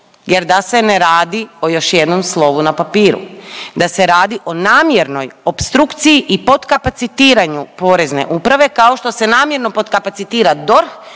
jer da se ne radi o još jednom slovu na papiru, da se radi o namjernoj opstrukciji i potkapacitiranju Porezne uprave kao što se namjerno potkapacitira DORH,